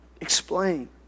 Explain